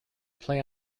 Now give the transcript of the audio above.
play